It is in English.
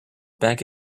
bank